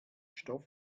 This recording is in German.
stoff